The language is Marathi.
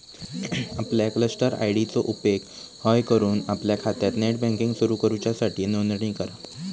आपल्या क्लस्टर आय.डी चो उपेग हय करून आपल्या खात्यात नेट बँकिंग सुरू करूच्यासाठी नोंदणी करा